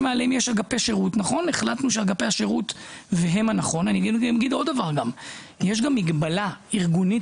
אני אגיד עוד דבר: גם יש מגבלה ארגונית,